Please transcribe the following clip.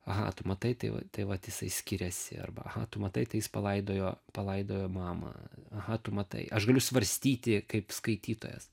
aha tu matai tai va tai vat jisai skiriasi arba aha tu matai tai jis palaidojo palaidojo mamą aha tu matai aš galiu svarstyti kaip skaitytojas